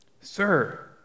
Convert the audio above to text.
Sir